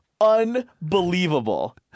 unbelievable